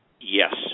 Yes